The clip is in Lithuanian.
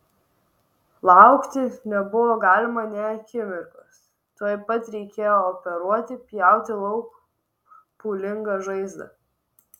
laukti nebuvo galima nė akimirkos tuoj pat reikėjo operuoti pjauti lauk pūlingą žaizdą